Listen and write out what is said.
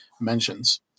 mentions